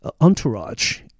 entourage